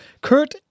Kurt